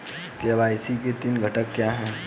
KYC के तीन घटक क्या हैं?